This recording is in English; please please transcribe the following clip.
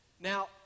Now